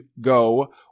go